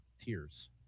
tears